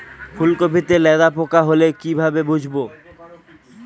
ফুলকপিতে লেদা পোকা হলে কি ভাবে বুঝবো?